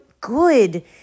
good